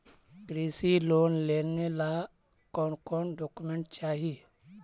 कृषि लोन लेने ला कोन कोन डोकोमेंट चाही?